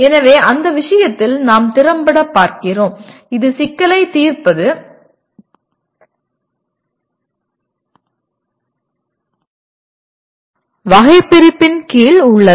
எனவே அந்த விஷயத்தில் நாம் திறம்படப் பார்க்கிறோம் இது சிக்கலைத் தீர்ப்பது ப்ளூமின் வகைபிரிப்பின் கீழ் உள்ளது